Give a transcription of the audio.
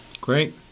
Great